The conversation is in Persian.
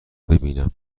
ببینم